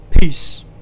Peace